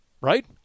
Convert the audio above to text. right